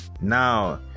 Now